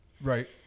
Right